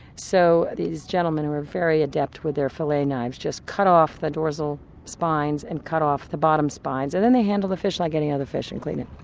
so these gentlemen who are very adept with their fillet knives just cut off the dorsal spines and cut off the bottom spines, and then they handle the fish like any other fish and clean it.